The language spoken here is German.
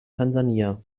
tansania